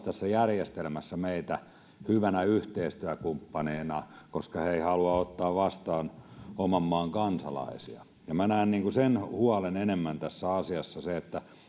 tässä järjestelmässä ei kohtele meitä hyvinä yhteistyökumppaneina koska he eivät halua ottaa vastaan oman maan kansalaisia ja minä näen enemmän sen huolen tässä asiassa